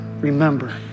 remember